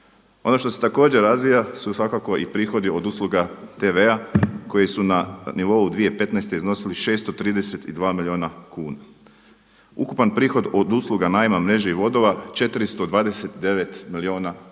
Ono što se također razvija su svakako i prihodi od usluga TV-a koji su na nivou 2015. iznosili 632 milijuna kuna. Ukupan prihod od usluga najma mreže i vodova 429 milijuna kuna.